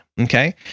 Okay